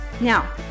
Now